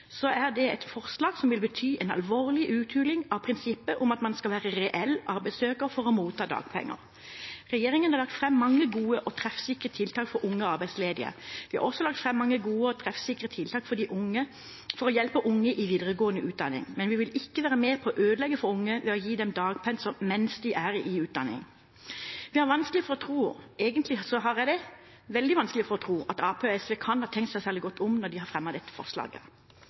er i videregående utdanning, er det et forslag som vil bety en alvorlig uthuling av prinsippet om at man skal være reell arbeidssøker for å motta dagpenger. Regjeringen har lagt fram mange gode og treffsikre tiltak for unge arbeidsledige. Vi har også lagt fram mange gode og treffsikre tiltak for de unge for å hjelpe dem i videregående utdanning, men vi vil ikke være med på å ødelegge for dem ved å gi dem dagpenger mens de er i utdanning. Vi har vanskelig for å tro – egentlig har jeg veldig vanskelig for å tro – at Arbeiderpartiet og SV kan ha tenkt seg særlig godt om når de har fremmet dette forslaget.